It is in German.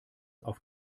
auf